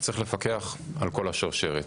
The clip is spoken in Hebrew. צריך לפקח על כל השרשרת.